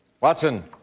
Watson